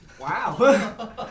Wow